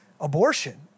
abortion